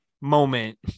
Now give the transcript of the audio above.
moment